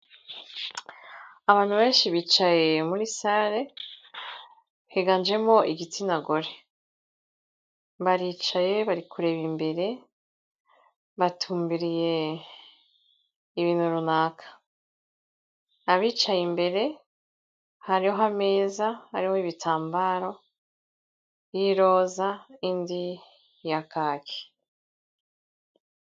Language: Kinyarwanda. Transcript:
Abantu benshi bicaye muri sale higanjemo igitsina gore. Baricaye bari kureba imbere batumbiriye ibintu runaka. Abicaye imbere hariho ameza ariho ibitambaro y'iroza indi ya kaki.